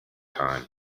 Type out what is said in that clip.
time